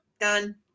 Done